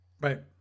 Right